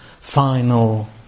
final